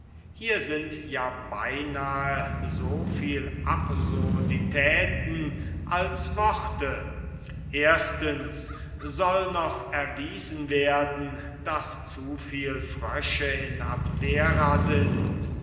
hier sind ja beinahe so viel absurditäten als worte primo muß erst erwiesen werden daß zu viel frösche in abdera sind